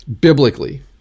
biblically